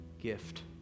gift